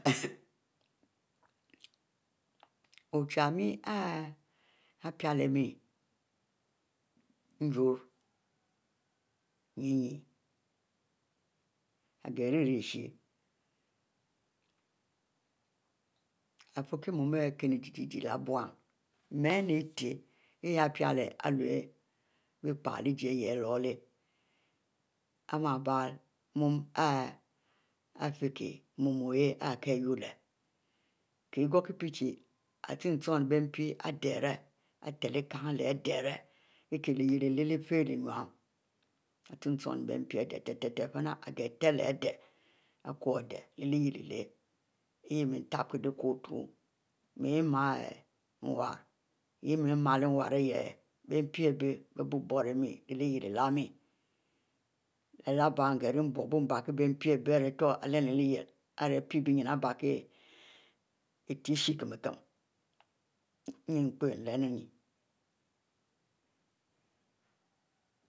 Ikho wuchimie ari piele mie yurro einn ighieri isheh ifikie mu ari kienn jie-jieh leh bum meieh eteh ihieh ari lur leh biele leh jie ihieh luleh ari mie biele mu ari fie kieh muieh hieh kie wuleh kieghkiepie chie |chie-chune biempi adeh ari telokie nne leh adeh ari kie lyieh ileh lehfienu, ichie-chu ni mpi adeh teh-tehiel fine na, igeh teh-leh adeh, i kowu adeh lehyele ileh ihieh mie tobkieleh kwu mie mar nwarr ihieh mie marteh nwarr ihieh biempi abie bieh bu ro mie lyieh iluimieh leh-bie ngeh ni buib anbrikie bue mpi abie ari ipie benne aribiekie iteh shie ne|shie cen-cen ihieh pie mlehlumu kie gehkie pie chie |chie-chuni bie mpi adeh teh-teh leh fie na ihieh mie tukie leh wu mie ma nwrr teh mie maleh nwrr ihieh bie mpi ari biebiuro mieh leh lyele ileh mie leh-leh bie nghri biubo nbieri kie bie mpi aritur ilyium lehyele, ari pie benni ari biekie, iteh, sha ikinn-kinn